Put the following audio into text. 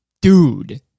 Dude